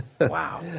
Wow